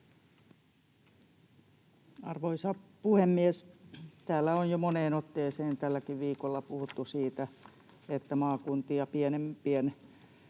Arvoisa puhemies! Täällä on jo moneen otteeseen tälläkin viikolla puhuttu siitä, että maakuntia pienempien